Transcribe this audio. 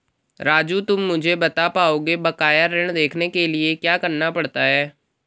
राजू तुम मुझे बता पाओगे बकाया ऋण देखने के लिए क्या करना पड़ता है?